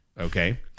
Okay